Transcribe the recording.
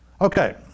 Okay